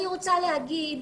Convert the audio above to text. אני רוצה להגיד